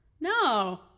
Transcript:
No